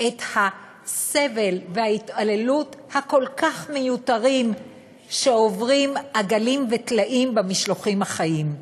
את הסבל וההתעללות הכל-כך מיותרים שעוברים עגלים וטלאים במשלוחים חיים,